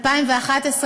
2013,